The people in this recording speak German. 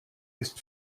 ist